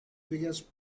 biggest